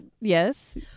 Yes